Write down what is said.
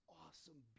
awesome